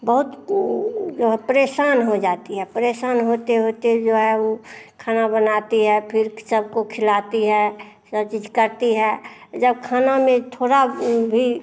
बहुत जो है परेशान हो जाती है परेशान होते होते जो है ऊ खाना बनाती है फिर सबको खिलाती है सब चीज करती है अ जब खाना में थोड़ा भी